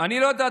אני לא יודע,